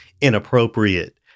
inappropriate